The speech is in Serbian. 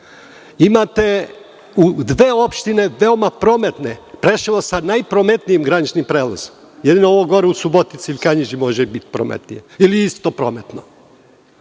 imate u dve opštine, veoma prometne, Preševo sa najprometnijim graničnim prelazom. Jedino ovo gore u Subotici ili Kanjiži može biti prometnije ili je isto prometno.